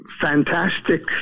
fantastic